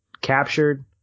captured